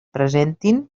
presentin